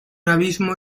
abismo